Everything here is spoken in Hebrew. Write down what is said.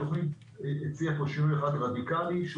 התכנית הציעה פה שינוי אחד רדיקאלי שהוא